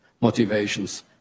motivations